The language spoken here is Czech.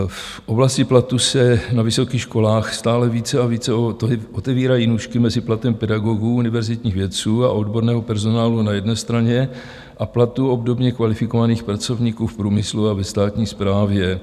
V oblasti platu se na vysokých školách stále více a více otevírají nůžky mezi platem pedagogů, univerzitních vědců a odborného personálu na jedné straně a platů obdobně kvalifikovaných pracovníků v průmyslu a ve státní správě.